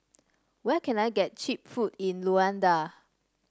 where can I get cheap food in Luanda